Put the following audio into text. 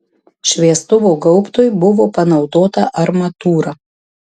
šviestuvo gaubtui buvo panaudota armatūra